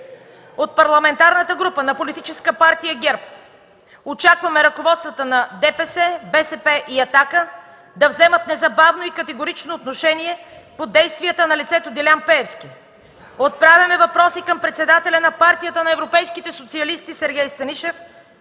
От Парламентарна група на Политическа партия ГЕРБ очакваме ръководствата на ДПС, БСП и „Атака” да вземат незабавно и категорично отношение по действията на лицето Делян Пеевски. Поставяме въпроси към председателя на Партията на европейските социалисти Сергей Станишев: